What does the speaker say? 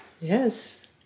Yes